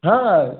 हां